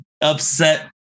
upset